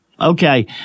Okay